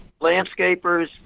landscapers